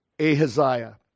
Ahaziah